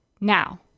Now